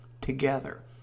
together